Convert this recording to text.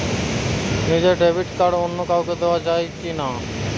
নিজের debit card অন্য কাউকে দেওয়া যায় কি না?